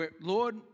Lord